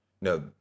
no